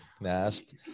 Nast